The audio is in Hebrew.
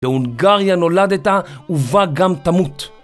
בהונגריה נולדת, ובה גם תמות.